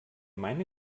meine